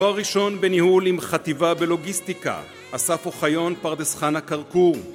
תואר ראשון בניהול עם חטיבה ולוגיסטיקה, אסף אוחיון פרדס חנה כרכור